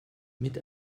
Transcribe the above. mit